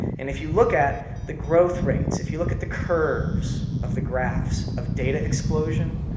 and if you look at the growth rates, if you look at the curves of the graphs of data explosion,